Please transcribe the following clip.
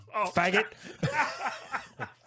Faggot